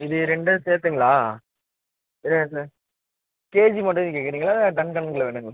இது ரெண்டும் சேர்த்துங்களா கேஜி மட்டும் கேட்குறீங்களா டன் கணக்கில் வேணுங்களா